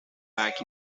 back